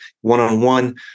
one-on-one